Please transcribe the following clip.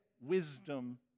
wisdom